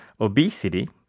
obesity